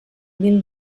mil